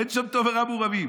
אין שם טוב ורע מעורבים,